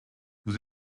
vous